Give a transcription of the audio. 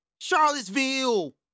Charlottesville